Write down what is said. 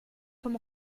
vom